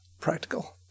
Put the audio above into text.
practical